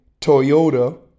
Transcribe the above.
Toyota